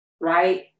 right